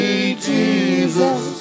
Jesus